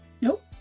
Nope